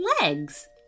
legs